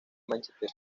manchester